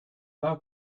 thou